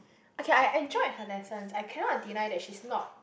okay I enjoyed her lessons I cannot deny that she's not